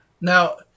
Now